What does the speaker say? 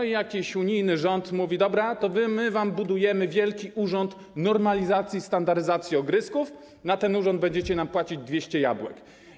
I jakiś unijny rząd mówi: dobra, to my wam budujemy jakiś wielki urząd normalizacji, standaryzacji ogryzków, a wy na ten urząd będziecie płacić 200 jabłek.